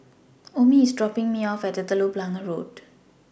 Omie IS dropping Me off At Telok Blangah Road